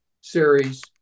series